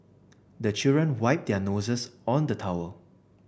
the children wipe their noses on the towel